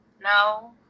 No